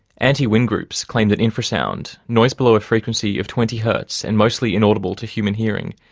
anti-wind groups claim that infrasound, noise below a frequency of twenty hertz and mostly inaudible to human hearing,